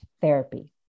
therapy